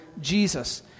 Jesus